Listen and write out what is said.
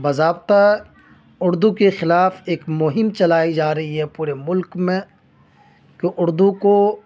باضابطہ اردو کے خلاف ایک مہم چلائی جا رہی ہے پورے ملک میں کہ اردو کو